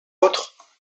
autres